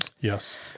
Yes